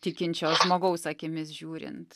tikinčio žmogaus akimis žiūrint